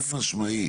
חד משמעי.